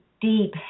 deep